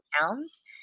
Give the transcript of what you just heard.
towns